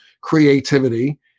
creativity